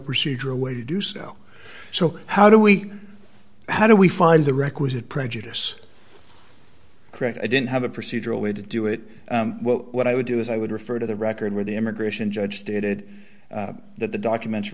procedural way to do so so how do we how do we find the requisite prejudice correct i didn't have a procedural way to do it well what i would do is i would refer to the record where the immigration judge stated that the document